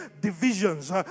divisions